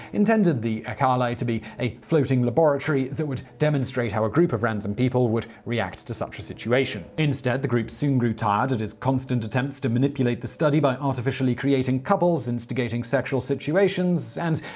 intended the acali to be a floating laboratory that would demonstrate how a group of random people would react to situation. instead, the group soon grew tired at his constant attempts to manipulate the study by artificially creating couples, instigating sexual situations and,